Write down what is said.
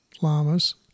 llamas